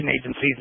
agencies